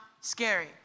scary